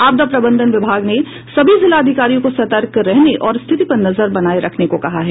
आपदा प्रबंधन विभाग ने सभी जिलाधिकारियों को सतर्क रहने और स्थिति पर नजर बनाए रखने को कहा है